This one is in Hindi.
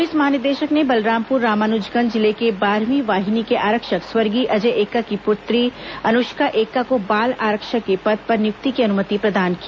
पुलिस महानिदेशक ने बलरामपुर रामानुजगंज जिले के बारहवीं वाहिनी के आरक्षक स्वर्गीय अजय एक्का की पुत्री अनुष्का एक्का को बाल आरक्षक के पद पर नियुक्ति की अनुमति प्रदान की